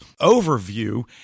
overview